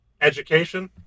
education